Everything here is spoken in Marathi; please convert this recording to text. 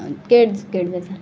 केडज केळझर झालं